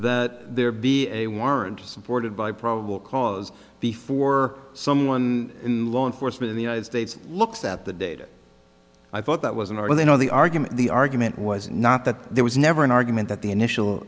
that there be a warrant supported by probable cause before someone in law enforcement in the united states looks at the data i thought that was an order they know the argument the argument was not that there was never an argument that the initial